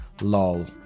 Lol